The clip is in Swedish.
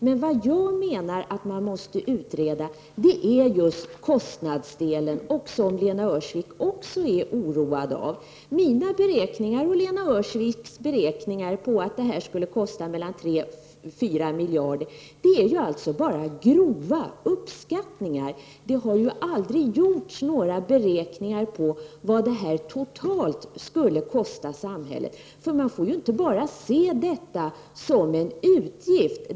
Men jag menar att man måste utreda kostnadsdelen — något som oroar också Lena Öhrsvik. Mina och Lena Öhrsviks beräkningar att detta skulle kosta mellan 3 mil jarder kronor och 4 miljarder kronor är bara grova uppskattningar. Det har aldrig gjorts några beräkningar av vad detta totalt skulle kosta samhället. Man får inte bara se detta som en utgift.